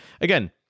Again